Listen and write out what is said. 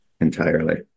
entirely